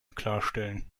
klarstellen